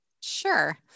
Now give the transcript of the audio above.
Sure